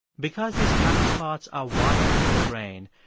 because these blind spots are wired into the brain,